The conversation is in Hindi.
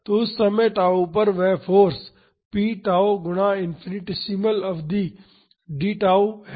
तो उस समय tau पर वह फाॅर्स p tau गुणा इनफिनिटेसिमल अवधि d tau है